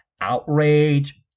outrage